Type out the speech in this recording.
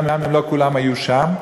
גם אם לא כולם היו שם,